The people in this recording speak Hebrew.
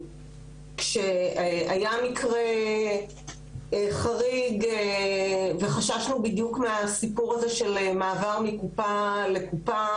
כשהיה מקרה חריג וחששנו בדיוק מהסיפור הזה של מעבר מקופה לקופה,